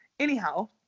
Anyhow